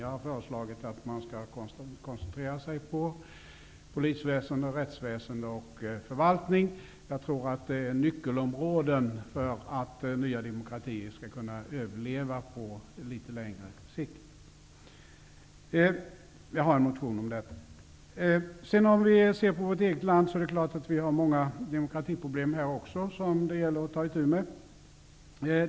Jag har föreslagit att man skall koncentrera sig på polisväsende, rättsväsende och förvaltning. Jag tror att det på litet längre sikt är nyckelområden när det gäller möjligheterna för nya demokratier att överleva. Jag har väckt en motion om detta. Det är klart att det också i vårt eget land finns många demokratiproblem att ta itu med.